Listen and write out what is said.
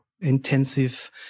intensive